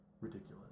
ridiculous